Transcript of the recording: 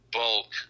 bulk